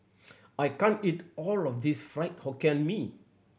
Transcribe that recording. I can't eat all of this Fried Hokkien Mee